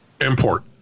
import